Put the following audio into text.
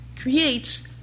creates